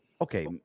Okay